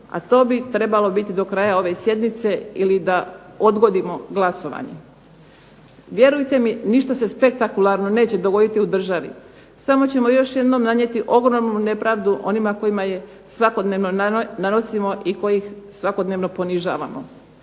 a to bi trebalo biti do kraja ove sjednice ili da odgodimo glasovanje. Vjerujte mi ništa se spektakularno neće dogoditi u državi. Samo ćemo još jednom nanijeti ogromnu nepravdu onima kojima je svakodnevno nanosimo i kojih svakodnevno ponižavamo.